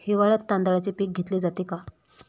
हिवाळ्यात तांदळाचे पीक घेतले जाते का?